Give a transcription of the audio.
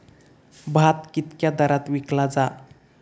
भात कित्क्या दरात विकला जा?